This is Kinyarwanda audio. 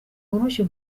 woroshya